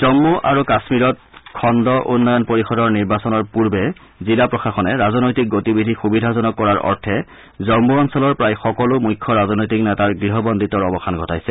জন্মু আৰু কাশ্মীৰত খণ্ড উন্নয়ন পৰিষদৰ নিৰ্বাচনৰ পূৰ্বে জিলা প্ৰশাসনে ৰাজনৈতিক গতি বিধি সুবিধাজনক কৰাৰ অৰ্থে জন্মু অঞ্চলৰ প্ৰায় সকলো মুখ্য ৰাজনৈতিক নেতাৰ গৃহ বন্দিত্বৰ অৱসান ঘটাইছে